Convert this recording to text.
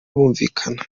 bumvikana